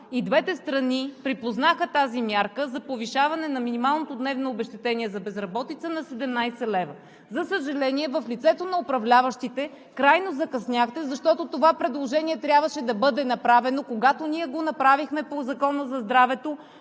и двете страни припознаха тази мярка за повишаване на минималното дневно обезщетение за безработица на 17 лв. За съжаление, в лицето на управляващите, крайно закъсняхте. Защото това предложение трябваше да бъде направено, когато ние го направихме по Закона за здравето,